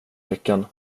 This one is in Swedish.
flickan